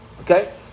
Okay